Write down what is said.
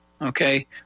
Okay